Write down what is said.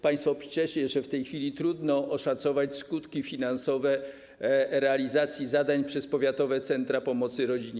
Państwo piszecie, że w tej chwili trudno oszacować skutki finansowe realizacji zadań przez powiatowe centra pomocy rodzinie.